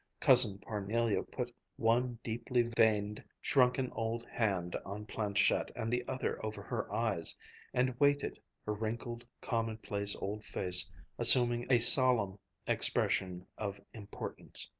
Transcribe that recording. cousin parnelia put one deeply veined, shrunken old hand on planchette and the other over her eyes and waited, her wrinkled, commonplace old face assuming a solemn expression of importance.